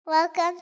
Welcome